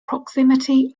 proximity